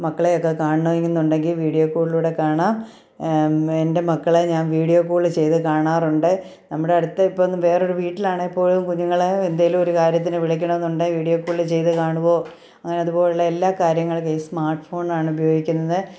മക്കളെ ഒക്കെ കാണണം എന്നുണ്ടെങ്കിൽ വീഡിയോ കോളിലൂടെ കാണാം എൻ്റെ മക്കളെ ഞാൻ വീഡിയോ കോൾ ചെയ്ത് കാണാറുണ്ട് നമ്മുടെ അടുത്ത് ഇപ്പോൾ എന്ന് വേറൊരു വീട്ടിലാണെങ്കിൽ പോലും കുഞ്ഞുങ്ങളെ എന്തെങ്കിലും ഒരു കാര്യത്തിന് വിളിക്കണം എന്നുണ്ടെങ്കിൽ വീഡിയോ കോൾ ചെയ്ത് കാണുവോ അങ്ങനെ അതുപോലെയുള്ള എല്ലാ കാര്യങ്ങൾക്ക് ഈ സ്മാർട്ട്ഫോൺ ആണ് ഉപയോഗിക്കുന്നത്